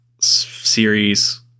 series